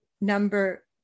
number